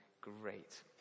great